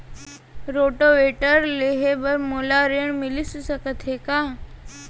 Rotavator लेहे बर मोला ऋण मिलिस सकत हे का?